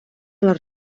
les